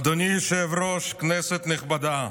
אדוני היושב-ראש, כנסת נכבדה,